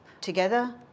together